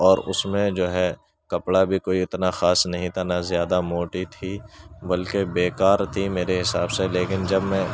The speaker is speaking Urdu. اور اس میں جو ہے کپڑا بھی کوئی اتنا خاص نہیں تھا نہ زیادہ موٹی تھی بلکہ بیکار تھی میرے حساب سے لیکن جب میں